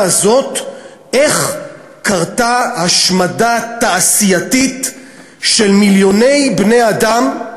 הזאת: איך קרתה השמדה תעשייתית של מיליוני בני-אדם,